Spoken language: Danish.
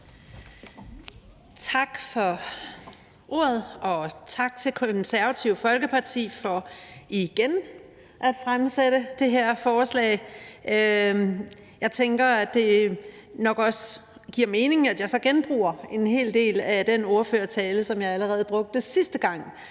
Tak for ordet. Og tak til Det Konservative Folkeparti for igen at fremsætte det her forslag. Jeg tænker, at det nok også giver mening, at jeg så genbruger en hel del af den ordførertale, som jeg allerede holdt, sidste gang